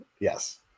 Yes